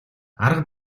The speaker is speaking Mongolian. арга